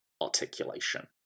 articulation